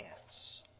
chance